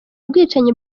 bwicanyi